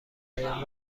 هایم